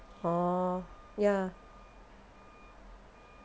orh ya